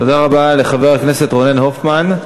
תודה רבה לחבר הכנסת רונן הופמן.